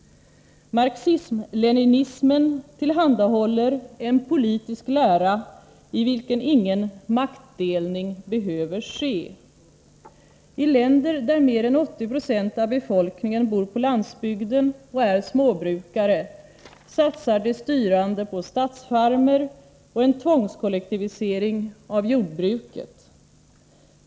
Marxism-leninismen tillhandahåller en politisk lära i vilken ingen maktdel ning behöver ske. I länder där mer än 80 26 av befolkningen bor på landsbygden och är småbrukare satsar de styrande på statsfarmer och en tvångskollektivisering av jordbruket.